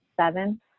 seven